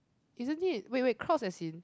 isn't it wait wait cross as in